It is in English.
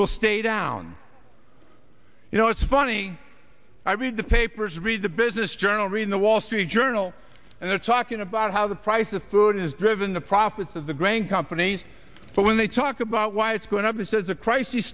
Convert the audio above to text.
will stay down you know it's funny i read the papers read the business journal read the wall street journal and they're talking about how the price of food is driven the profits of the grain companies but when they talk about why it's going up it says a cris